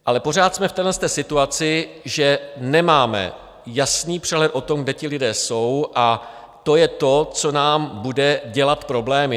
Ale pořád jsme v téhle situaci, že nemáme jasný přehled o tom, kde ti lidé jsou, a to je to, co nám bude dělat problémy.